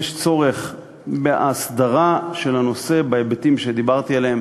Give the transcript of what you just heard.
יש צורך בהסדרה של הנושא בהיבטים שדיברתי עליהם